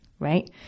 right